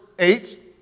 Eight